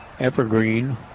Evergreen